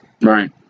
right